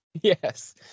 Yes